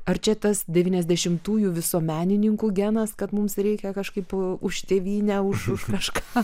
ar čia tas devyniasdešimtųjų visuomenininkų genas kad mums reikia kažkaip už tėvynę už už kažką